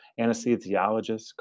anesthesiologists